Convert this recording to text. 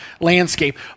landscape